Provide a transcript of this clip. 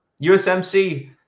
USMC